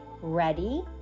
Ready